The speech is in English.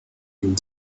and